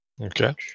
Okay